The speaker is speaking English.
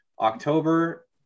October